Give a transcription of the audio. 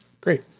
great